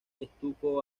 estuco